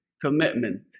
commitment